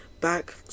back